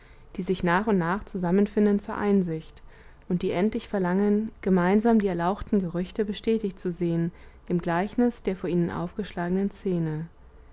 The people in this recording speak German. die sich nach und nach zusammenfinden zur einsicht und die endlich verlangen gemeinsam die erlauchten gerüchte bestätigt zu sehen im gleichnis der vor ihnen aufgeschlagenen szene